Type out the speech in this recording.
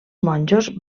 monjos